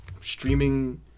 streaming